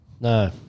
No